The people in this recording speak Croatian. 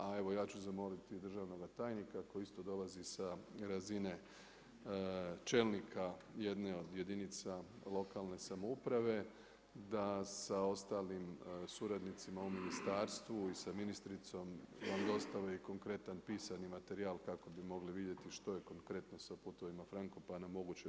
A evo ja ću zamoliti državnoga tajnika, koji isto dolazi sa razine čelnika jedne od jedinica lokalne samouprave da sa ostalim suradnicima u ministarstvu i sa ministricom vam dostave i konkretan pisani materijal kako bi mogli vidjeti što je konkretno sa Putovima Frankopana moguće još učiniti.